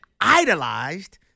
idolized